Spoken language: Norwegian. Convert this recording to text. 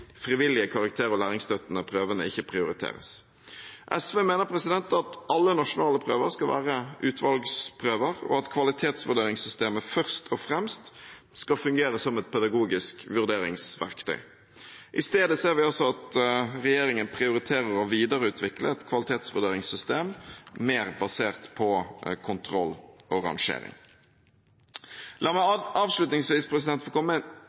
frivillige karakter- og læringsstøttende prøvene ikke prioriteres. SV mener at alle nasjonale prøver skal være utvalgsprøver, og at kvalitetsvurderingssystemet først og fremst skal fungere som et pedagogisk vurderingsverktøy. I stedet ser vi altså at regjeringen prioriterer å videreutvikle et kvalitetsvurderingssystem mer basert på kontroll og rangering. La meg avslutningsvis få komme